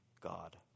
God